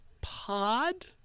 pod